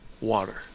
water